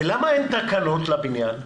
ולמה אין תקנות לענף הבניין?